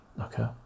Okay